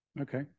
Okay